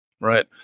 Right